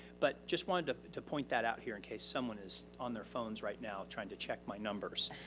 but just wanted to point that out here in case someone is on their phones right now trying to check my numbers.